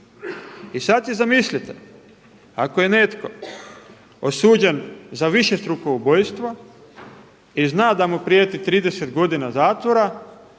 I sada si zamislite, ako je netko osuđen za višestruko ubojstvo i zna da mu prijeti 30 godina zatvora,